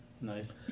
Nice